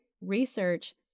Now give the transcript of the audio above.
research